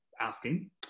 asking